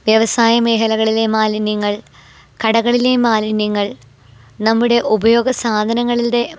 വ്യവസായ മേഘലകളിലെ മാലിന്യങ്ങൾ കടകളിലെ മാലിന്യങ്ങൾ നമ്മുടെ ഉപയോഗ സാധനങ്ങളുടെ